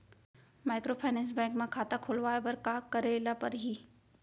Microfinance bank म खाता खोलवाय बर का करे ल परही?